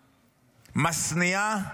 משניאה,